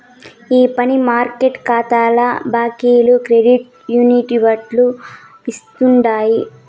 ఈ money market కాతాల బాకీలు క్రెడిట్ యూనియన్లు ఇస్తుండాయి